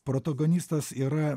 protagonistas yra